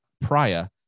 prior